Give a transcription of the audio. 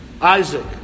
Isaac